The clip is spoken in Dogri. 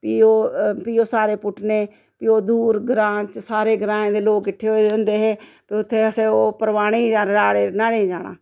फ्ही ओह् फ्ही ओह् सारे पुट्टने फ्ही ओह् दूर ग्रांऽ च सारे ग्राएं दे लोग किट्ठे होऐ दे होंदे हे उत्थें असें ओह् परवाहने गी राह्ड़े न्हाने गी जाना